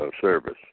service